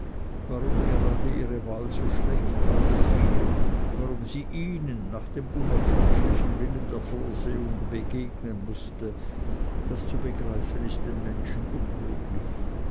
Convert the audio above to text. warum gerade ihre wahl so schlecht ausfiel warum sie ihnen nach dem unerforschlichen willen der vorsehung begegnen mußte das zu begreifen ist dem menschen unmöglich